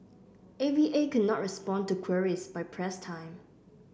A V A could not respond to queries by press time